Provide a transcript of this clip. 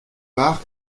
par